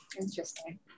interesting